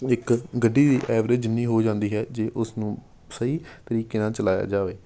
ਇੱਕ ਗੱਡੀ ਦੀ ਐਵਰੇਜ ਜਿੰਨੀ ਹੋ ਜਾਂਦੀ ਹੈ ਜੇ ਉਸਨੂੰ ਸਹੀ ਤਰੀਕੇ ਨਾਲ ਚਲਾਇਆ ਜਾਵੇ